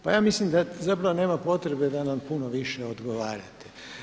Pa ja mislim da zapravo nema potrebe da nam puno više odgovarate.